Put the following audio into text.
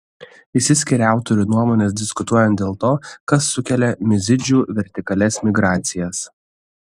išsiskiria autorių nuomonės diskutuojant dėl to kas sukelia mizidžių vertikalias migracijas